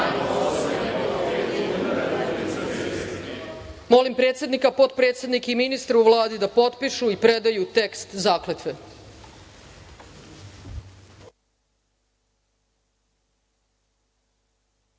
predsednika, potpredsednika i ministre u Vladi da potpišu i predaju tekst zakletve. Pozivam